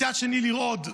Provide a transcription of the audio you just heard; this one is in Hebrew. מצד אחר לרעוד.